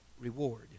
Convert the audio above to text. reward